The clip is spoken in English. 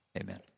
amen